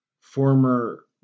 former